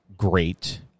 great